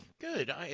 good